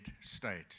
state